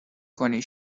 کنی